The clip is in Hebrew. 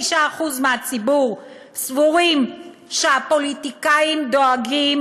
חברי הכנסת: 79% מהציבור סבורים שהפוליטיקאים דואגים